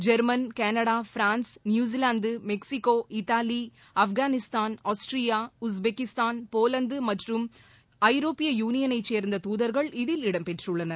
German Canada France New Zealand Mexico Italy Afghanistan Austria Uzbekistan Poland மற்றும் ஐரோப்பிய யூனியனை சேர்ந்த துதர்கள் இதில் இடம் பெற்றுள்ளனர்